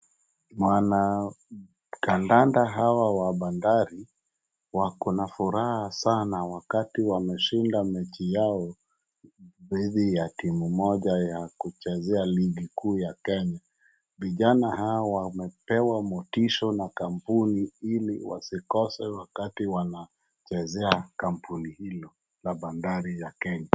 Wanakandanda hawa wa bandari wako na furaha sana wakati wameshinda mechi yao dhidi ya timu moja ya kuchezea ligi kuu ya Kenya. Vijana hawa wamepewa motisha na kampuni ili wasikose wakati wanachezea kampuni hilo la bandari ya Kenya.